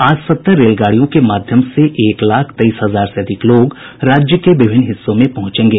आज सत्तर रेलगाड़ियों के माध्यम से एक लाख तेईस हजार से अधिक लोग राज्य के विभिन्न हिस्सों में पहुंचेंगे